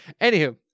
Anywho